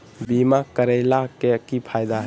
बीमा करैला के की फायदा है?